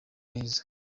cyane